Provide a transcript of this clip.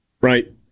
right